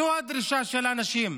זו הדרישה של האנשים.